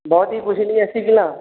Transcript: भवती कुशली अस्ति किल